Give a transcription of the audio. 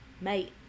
mate